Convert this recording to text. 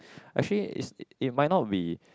actually is it might not be